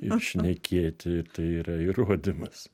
ir šnekėti tai yra įrodymas